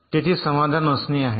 तेथे समाधान असणे आहे